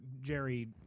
Jerry